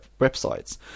websites